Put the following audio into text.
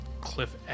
Cliff